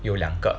有两个